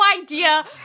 idea